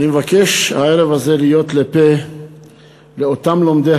אני מבקש הערב הזה להיות לפה לאותם לומדי